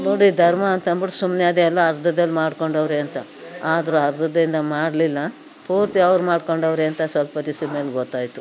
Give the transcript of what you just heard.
ನೋಡಿ ಧರ್ಮ ಅಂತಂದ್ಬಿಟ್ಟು ಸುಮ್ಮನೆ ಆದೆ ಎಲ್ಲೋ ಅರ್ಧದಲ್ಲಿ ಮಾರ್ಕೊಂಡವ್ರೆ ಅಂತ ಆದರೂ ಅರ್ಧದಿಂದ ಮಾರಲಿಲ್ಲ ಪೂರ್ತಿ ಅವ್ರು ಮಾರ್ಕೊಂಡವ್ರೆ ಅಂತ ಸ್ವಲ್ಪ ದಿವ್ಸದ್ಮೇಲೆ ಗೊತ್ತಾಯಿತು